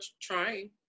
trying